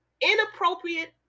Inappropriate